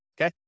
okay